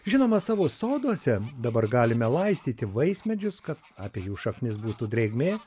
žinoma savo soduose dabar galime laistyti vaismedžius kad apie jų šaknis būtų drėgmė